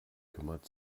kümmert